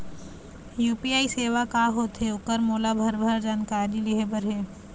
UPI सेवा का होथे ओकर मोला भरभर जानकारी लेहे बर हे?